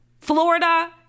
Florida